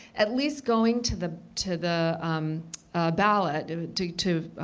at least going to the to the ballot to to